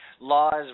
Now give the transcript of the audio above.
laws